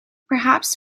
perhaps